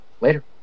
Later